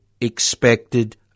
expected